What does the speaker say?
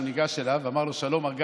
הוא ניגש אליו ואמר לו: שלום מר גנץ,